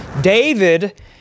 David